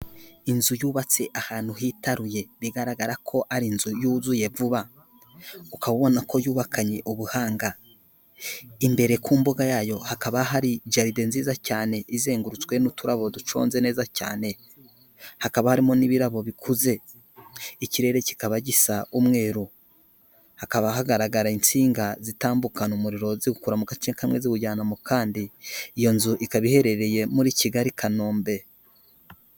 Inzu yubatse ahantu hitaruye bigaragara ko ari inzu yuzuye vuba ukaba ubona ko yubakanye ubuhanga, imbere ku mbuga yayo hakaba hari jaride nziza cyane izengurutswe n'uturabo duconze neza cyane, hakaba harimo n'ibirabo bikuze, ikirere kikaba gisa umweru, hakaba hagaragara insinga zitambukana umuriro ziwukura mu gace kamwe ziwujyana mu kandi. Iyo nzu ikaba iherereye muri Kigali Kanombe.